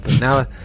Now